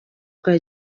bwa